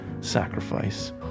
sacrifice